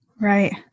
right